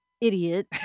idiot